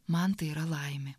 man tai yra laimė